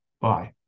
Bye